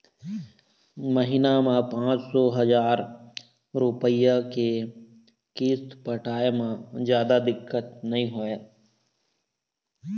महिना म पाँच सौ, हजार रूपिया के किस्त पटाए म जादा दिक्कत नइ होवय